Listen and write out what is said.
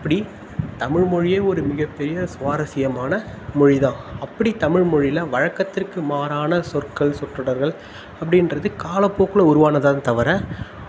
அப்படி தமிழ் மொழியே ஒரு மிகப்பெரிய சுவாரஸ்யமான மொழிதான் அப்படி தமிழ் மொழியில் வழக்கத்திற்கு மாறான சொற்கள் சொற்றொடர்கள் அப்படின்றது காலப்போக்கில் உருவானதுதான் தவிர